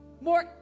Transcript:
more